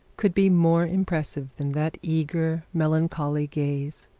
could be more impressive than that eager, melancholy gaze.